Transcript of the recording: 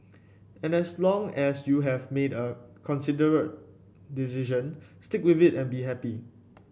and as long as you have made a considered decision stick with it and be happy